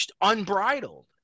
unbridled